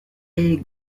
est